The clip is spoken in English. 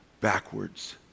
backwards